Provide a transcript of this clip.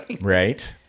Right